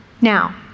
Now